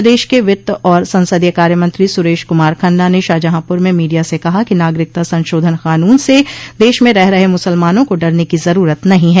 प्रदेश के वित्त और संसदीय कार्यमंत्री सुरेश कुमार खन्ना ने शाहजहांपुर में मीडिया से कहा कि नागरिकता संशोधन कानून से देश में रह रहे मुसलमानों को डरने की ज़रूरत नहीं है